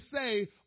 say